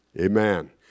Amen